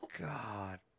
god